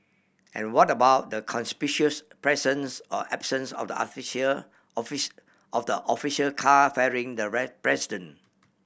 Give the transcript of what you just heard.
and what about the conspicuous presence or absence of the of the official car ferrying the president